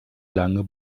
lange